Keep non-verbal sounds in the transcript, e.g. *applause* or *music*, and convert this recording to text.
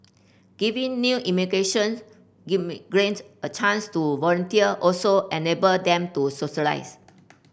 giving new immigration give me *unintelligible* a chance to volunteer also enable them to socialise